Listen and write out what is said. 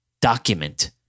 document